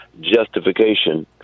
justification